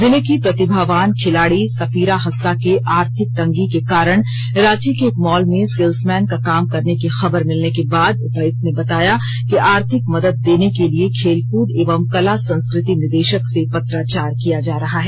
जिले की प्रतिभावान खिलाड़ी सफीरा हस्सा के आर्थिक तंगी के कारण रांची के एक मॉल में सेल्समैन का काम करने की खबर मिलने के बाद उपायुक्त ने बताया कि आर्थिक मदद देने के लिए खेलकूद एवं कला संस्कृति निदेषक से पत्राचार किया जा रहा है